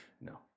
no